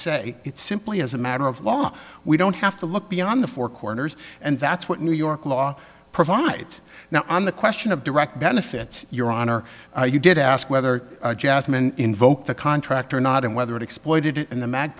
say it simply as a matter of law we don't have to look beyond the four corners and that's what new york law provides now on the question of direct benefits your honor you did ask whether jasmine invoked the contract or not and whether it exploited in the ma